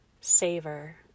savor